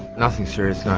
nothing serious though.